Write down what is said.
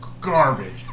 garbage